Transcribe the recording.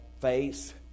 face